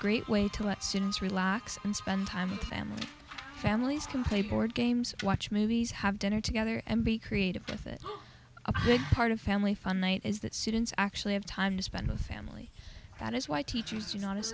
students relax and spend time with family families can play board games watch movies have dinner together and be creative with it a big part of family fun night is that students actually have time to spend with family that is why teachers do not